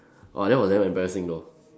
oh that was damn embarrassing though